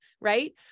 right